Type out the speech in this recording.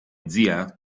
zia